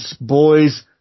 boys